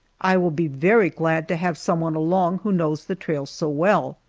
i will be very glad to have some one along who knows the trail so well.